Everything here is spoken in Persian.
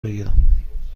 بگیرم